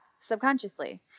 subconsciously